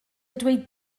dweud